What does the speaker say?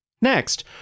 Next